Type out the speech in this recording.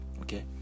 okay